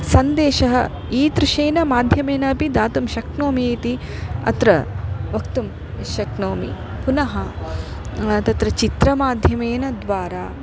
सन्देशः ईदृशेन माध्यमेन अपि दातुं शक्नोमि इति अत्र वक्तुं शक्नोमि पुनः तत्र चित्रमाध्यमेन द्वारा